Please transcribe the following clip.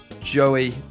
Joey